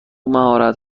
مهارت